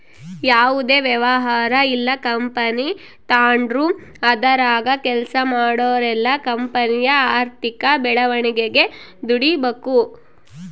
ಯಾವುದೇ ವ್ಯವಹಾರ ಇಲ್ಲ ಕಂಪನಿ ತಾಂಡ್ರು ಅದರಾಗ ಕೆಲ್ಸ ಮಾಡೋರೆಲ್ಲ ಕಂಪನಿಯ ಆರ್ಥಿಕ ಬೆಳವಣಿಗೆಗೆ ದುಡಿಬಕು